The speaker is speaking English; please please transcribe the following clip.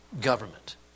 government